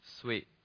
Sweet